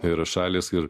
ir šalys ir